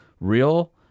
real